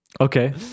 Okay